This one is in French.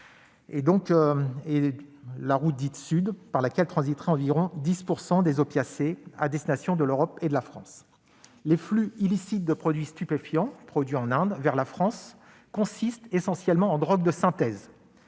d'héroïne, la route dite Sud par laquelle transiteraient environ 10 % des opiacés à destination de l'Europe et de la France. Les flux illicites de stupéfiants produits en Inde vers la France consistent essentiellement en drogues de synthèse.